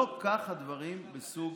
לא כך הדברים בסוג